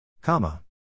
Comma